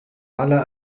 على